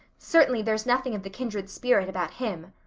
certainly there's nothing of the kindred spirit about him.